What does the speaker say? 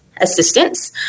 assistance